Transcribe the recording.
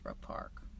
Park